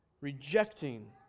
Rejecting